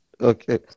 Okay